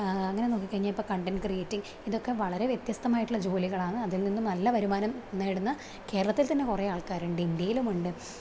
അങ്ങനെ നോക്കി കഴിഞ്ഞാൽ ഇപ്പോൾ കണ്ടൻറ്റ് ക്രിയേറ്റിങ് ഇതൊക്കെ വളരെ വ്യത്യസ്ത മായിട്ടുള്ള ജോലികളാണ് അതിൽ നിന്നും നല്ല വരുമാനം നേടുന്ന കേരളത്തിൽ തന്നെ കുറെ ആൾക്കാരുണ്ട് ഇന്ത്യയിലും ഉണ്ട്